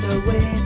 away